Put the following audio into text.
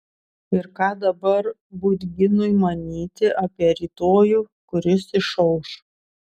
ir ką dabar budginui manyti apie rytojų kuris išauš